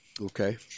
Okay